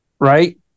right